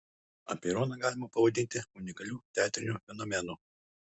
apeironą galima pavadinti unikaliu teatriniu fenomenu